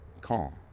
calm